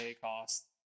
cost